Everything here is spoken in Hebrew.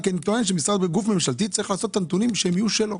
גוף ממשלתי צריך שהנתונים יהיו שלו.